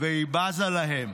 והיא בזה להם?